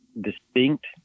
distinct